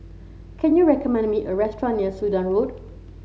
can you recommend me a restaurant near Sudan Road